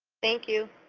thank you.